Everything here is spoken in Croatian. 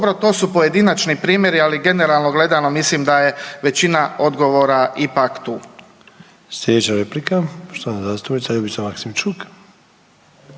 dobro. To su pojedinačni primjeri, ali generalno gledano mislim da je većina odgovora ipak tu.